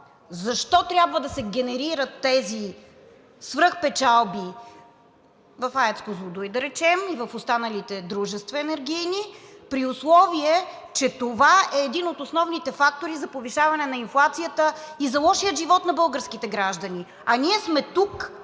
защо трябва да се генерират тези свръхпечалби в АЕЦ „Козлодуй“, да речем, и в останалите енергийни дружества, при условие че това е един от основните фактори за повишаване на инфлацията и за лошия живот на българските граждани, а ние сме тук,